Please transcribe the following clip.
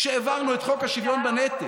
כשהעברנו את חוק השוויון בנטל.